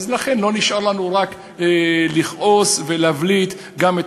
לכן לא נשאר לנו אלא לכעוס ולהבליט גם את